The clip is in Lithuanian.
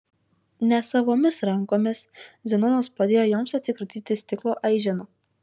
nesavomis rankomis zenonas padėjo joms atsikratyti stiklo aiženų